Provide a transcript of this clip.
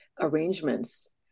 arrangements